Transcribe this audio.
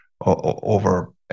over